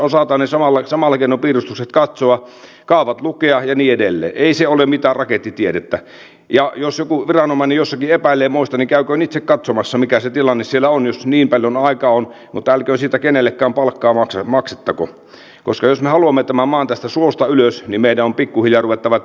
kunnissa osataan samalla keinoin piirustukset katsoa kaavat lukea ja niin edelleen ei se ole mitään rakettitiedettä ja jos joku viranomainen jossakin epäilee moista niin käyköön itse katsomassa mikä se tilanne siellä on jos niin paljon aikaa on mutta älköön siitä kenellekään palkkaa maksettako koska jos me haluamme tämän maan tästä suosta ylös niin meidän on pikkuhiljaa ruvettava töihin